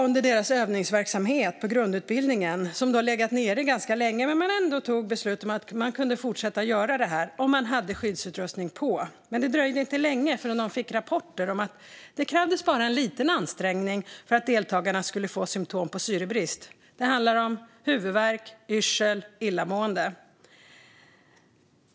Övningsverksamheten på grundutbildningen hade legat nere ganska länge, men man beslutade att den kunde fortsätta om deltagarna hade skyddsutrustning på. Det dröjde dock inte länge innan man fick rapporter om att det bara krävdes en liten ansträngning för att deltagarna skulle få symtom på syrebrist. Det handlade om huvudvärk, yrsel och illamående.